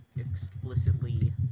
explicitly